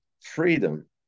freedom